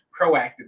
proactive